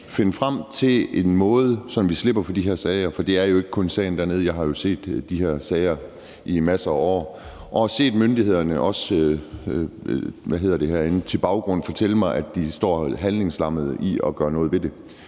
gøre det på en måde, sådan at vi slipper for de her sager. For der er jo ikke kun sagen dernede. Jeg har set de her sager i masser af år og har også set myndighederne til baggrund fortælle mig, at de står handlingslammede i forhold til at gøre noget ved det.